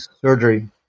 surgery